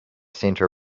center